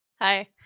Hi